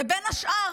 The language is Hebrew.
ובין השאר,